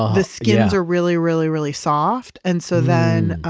ah the skins are really, really, really soft. and so then,